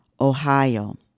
Ohio